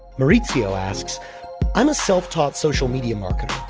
maurizio asks i'm a self-taught social media marketer.